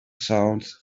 sounds